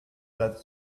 that